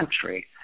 country